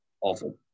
awful